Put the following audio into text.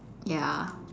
ya